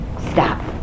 stop